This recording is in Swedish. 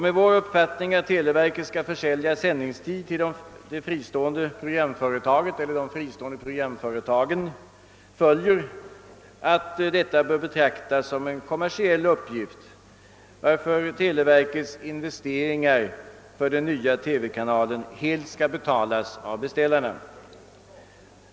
Med vår uppfattning, att televerket skall försälja sändningstid till det fristående programföretaget — eller de fristående programföretagen -— följer att detta bör betraktas som en kommersiell uppgift, varför televerkets investeringar för dena nya telekanalen helt skall betalas av besiällarna.